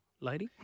lady